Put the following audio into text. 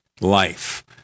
life